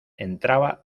entraba